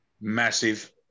Massive